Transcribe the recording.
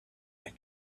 had